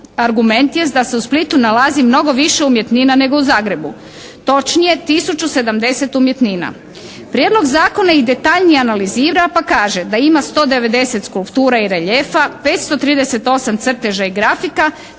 Argument jest da se u Splitu nalazi mnogo više umjetnina nego u Zagrebu, točnije tisuću 70 umjetnina. Prijedlog zakona i detaljnije analizira pa kaže da ima 190 skulptura i reljefa, 538 crteža i grafika